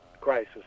crisis